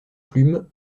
plume